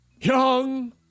Young